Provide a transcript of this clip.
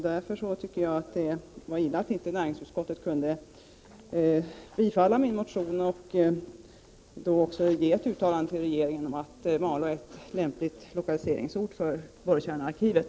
Därför var det illa att inte näringsutskottet kunde tillstyrka min och Börje Hörnlunds motion och hemställa att riksdagen till regeringen skulle göra ett uttalande om att Malå är en lämplig lokaliseringsort för borrkärnearkivet.